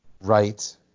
right